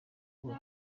iwe